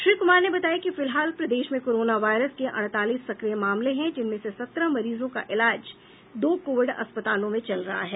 श्री कुमार ने बताया कि फिलहाल प्रदेश में कोरोना वायरस के अड़तालीस सक्रिय मामले हैं जिनमें से सत्रह मरीजों का इलाज दो कोविड अस्पतालों में चल रहा है